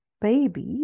babies